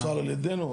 הוא פוצל על ידינו?